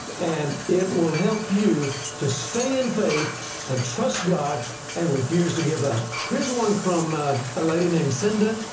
and it will help you to stay in faith and trust god and refuse to give up. here's one from a lady named sinda.